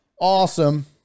Awesome